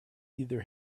either